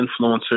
influencers